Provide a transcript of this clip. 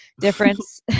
difference